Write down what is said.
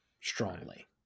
strongly